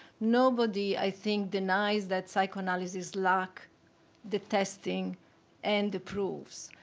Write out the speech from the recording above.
nobody, i think, denies that psychoanalysis lacks the testing and the proofs.